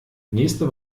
nächste